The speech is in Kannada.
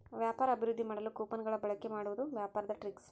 ವ್ಯಾಪಾರ ಅಭಿವೃದ್ದಿ ಮಾಡಲು ಕೊಪನ್ ಗಳ ಬಳಿಕೆ ಮಾಡುವುದು ವ್ಯಾಪಾರದ ಟ್ರಿಕ್ಸ್